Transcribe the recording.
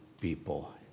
people